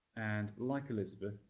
and, like elizabeth,